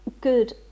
good